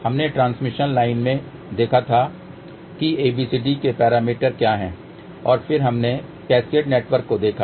हमने transmission line में भी देखा कि ABCD के पैरामीटर क्या हैं और फिर हमने कैस्केड नेटवर्क को देखा